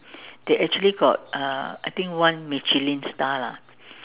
they actually got uh I think one Michelin star lah